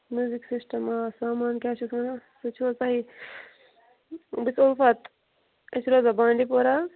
music system آ سامان کیٛاہ چھِس وَنان سُہ چھُو حظ توہہِ بہٕ چھِس اُلفَت أسۍ چھِ روزان بانڈی پوٗرہ حظ